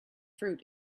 fruit